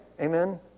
Amen